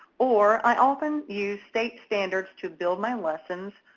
or i often use state standards to build my lessons,